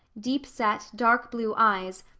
deep-set, dark blue eyes,